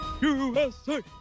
USA